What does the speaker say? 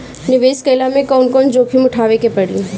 निवेस कईला मे कउन कउन जोखिम उठावे के परि?